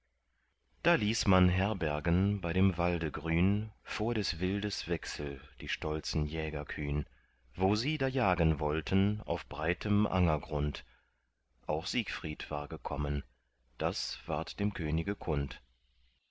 da ließ man herbergen bei dem walde grün vor des wildes wechsel die stolzen jäger kühn wo sie da jagen wollten auf breitem angergrund auch siegfried war gekommen das ward dem könige kund